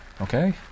okay